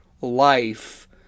life